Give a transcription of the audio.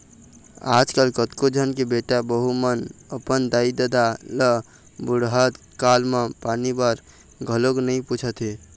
आजकल कतको झन के बेटा बहू मन अपन दाई ददा ल बुड़हत काल म पानी बर घलोक नइ पूछत हे